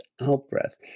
out-breath